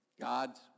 God's